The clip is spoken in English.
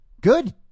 good